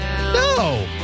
no